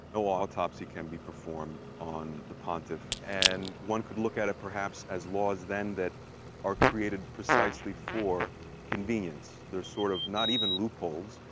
no autopsy can be performed on the pontiff, and one could look at it perhaps as laws, then, that are created precisely for convenience. they're sort of not even loopholes.